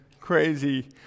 crazy